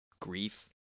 grief